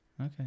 Okay